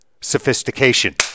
sophistication